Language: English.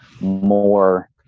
more